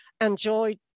enjoy